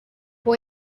può